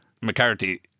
McCarthy